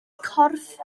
corff